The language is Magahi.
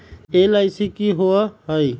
एल.आई.सी की होअ हई?